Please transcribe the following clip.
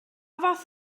fath